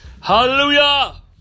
Hallelujah